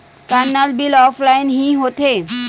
का नल bill offline हि होथे?